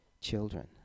children